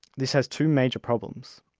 this has two major problems.